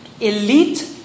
elite